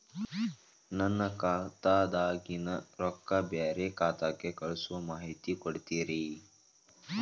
ನನ್ನ ಖಾತಾದಾಗಿನ ರೊಕ್ಕ ಬ್ಯಾರೆ ಖಾತಾಕ್ಕ ಕಳಿಸು ಮಾಹಿತಿ ಕೊಡತೇರಿ?